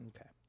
Okay